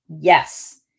Yes